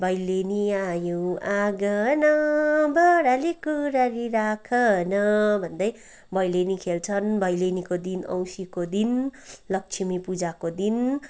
भन्दै भैलेनी खेल्छन् भैलेनीको दिन औँसीको दिन लक्ष्मी पूजाको दिन